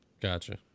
gotcha